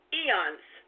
eons